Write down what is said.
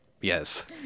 Yes